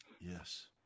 Yes